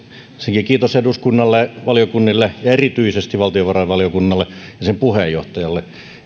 ensinnäkin kiitos eduskunnalle valiokunnille ja erityisesti valtiovarainvaliokunnalle ja sen puheenjohtajalle